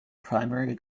primary